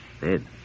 Dead